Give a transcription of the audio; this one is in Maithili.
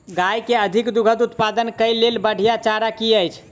गाय केँ अधिक दुग्ध उत्पादन केँ लेल बढ़िया चारा की अछि?